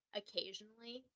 occasionally